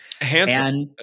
Handsome